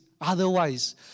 otherwise